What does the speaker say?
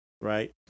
right